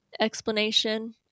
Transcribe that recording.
explanation